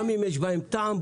גם אם יש בהם טעם,